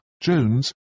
Jones